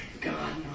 God